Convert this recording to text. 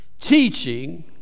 teaching